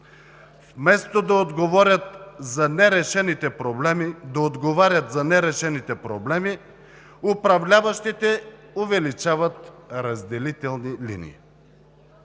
Вместо да отговорят за нерешените проблеми, управляващите увеличават разделителните линии.